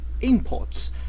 imports